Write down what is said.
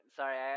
sorry